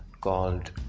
called